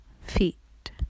feet